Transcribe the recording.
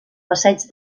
passeig